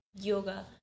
yoga